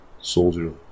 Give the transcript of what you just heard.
soldier